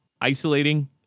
isolating